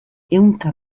ehunka